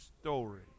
story